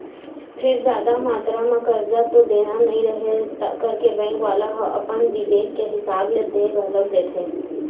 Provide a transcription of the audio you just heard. फेर जादा मातरा म करजा तो देना नइ रहय करके बेंक वाले ह अपन बिबेक के हिसाब ले दे घलोक देथे